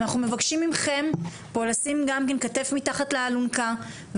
אנחנו מבקשים אתכם לשים כתף מתחת לאלונקה,